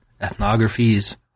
ethnographies